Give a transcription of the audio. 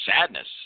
sadness